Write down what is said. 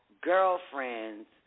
girlfriends